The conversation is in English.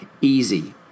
easy